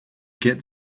get